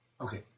Okay